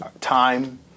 Time